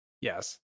Yes